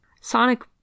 Sonic